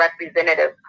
representative